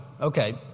Okay